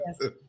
Yes